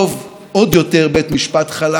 למי ממש טוב בית משפט חלש?